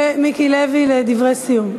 ומיקי לוי, לדברי סיום.